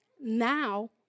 now